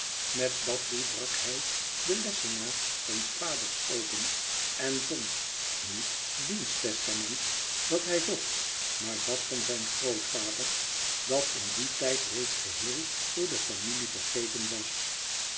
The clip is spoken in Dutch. met dat doel brak hij den lessenaar zijns vaders open en vond niet diens testament dat hij zocht maar dat van zijn grootvader dat in dien tijd reeds geheel door de familie vergeten was